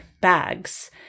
bags